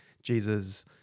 Jesus